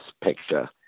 picture